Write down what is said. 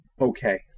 okay